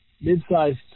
mid-sized